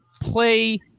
play